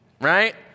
Right